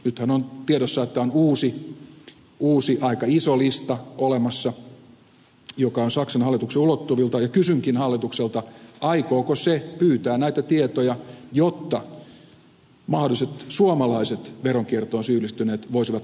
nythän on tiedossa että on uusi aika iso lista olemassa joka on saksan hallituksen ulottuvilla ja kysynkin hallitukselta aikooko se pyytää näitä tietoja jotta mahdolliset suomalaiset veronkiertoon syyllistyneet voisivat tulla päivänvaloon